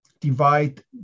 divide